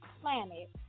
planet